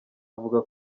avuga